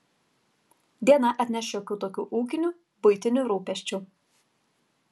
diena atneš šiokių tokių ūkinių buitinių rūpesčių